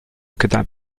could